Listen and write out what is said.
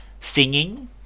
singing